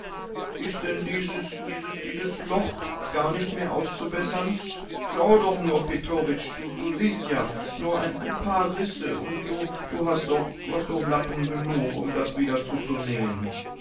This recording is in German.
ist denn dieses loch gar nicht mehr auszubessern schau doch nur petrowitsch du siehst ja nur ein paar risse und du hast doch lappen genug um das wieder zuzunähen